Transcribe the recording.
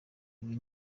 ibi